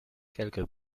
quelques